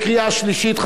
(תיקוני חקיקה) (הוראות שעה) (תיקון מס' 5) בקריאה שלישית.